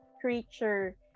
creature